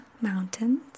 mountains